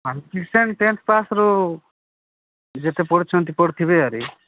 qualification tenth ପାସ୍ରୁ ଯେତେ ପଢ଼ୁଛନ୍ତି ପଢ଼ୁଥିବେ ଆରି